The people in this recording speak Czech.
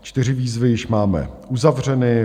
Čtyři výzvy již máme uzavřeny.